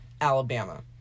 Alabama